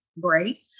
great